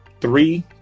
three